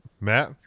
Matt